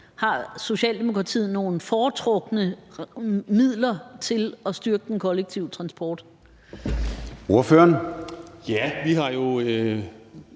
Har Socialdemokratiet nogle foretrukne midler til at styrke den kollektive transport? Kl. 14:25 Formanden